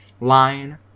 line